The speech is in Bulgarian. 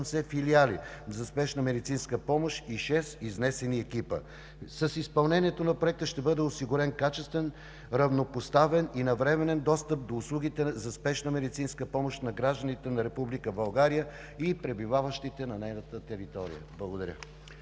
170 филиала за спешна медицинска помощ и 6 изнесени екипа. С изпълнението на Проекта ще бъде осигурен качествен, равнопоставен и навременен достъп до услугите за спешна медицинска помощ на гражданите на Република България и пребиваващите на нейната територия. Благодаря.